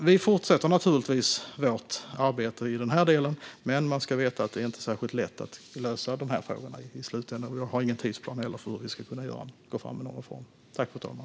Vi fortsätter naturligtvis vårt arbete i den här delen, men man ska veta att det inte är särskilt lätt att lösa frågorna. Jag har inte heller någon tidsplan.